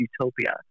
utopia